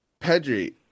Pedri